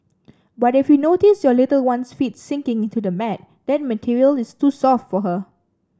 but if you notice your little one's feet sinking into the mat that material is too soft for her